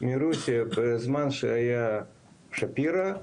מרוסיה בזמן שהיה שפירא,